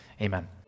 amen